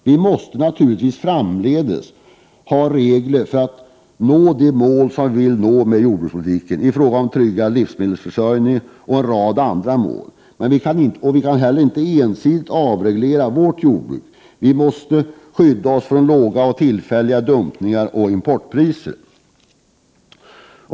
Vi måste naturligtvis även framdeles ha regler för att kunna nå målen med jordbrukspolitiken, bl.a. en tryggad livsmedelsförsörjning, men också en rad andra mål. Vi kan inte heller ensidigt avreglera vårt jordbruk. Vi måste också skydda oss mot låga, tillfälliga dumpningar av importpriser.